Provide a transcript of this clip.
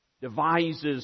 devises